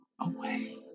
away